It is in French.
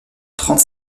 trente